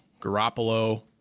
Garoppolo